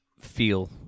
Feel